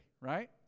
right